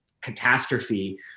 catastrophe